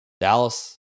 Dallas